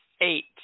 eight